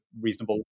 reasonable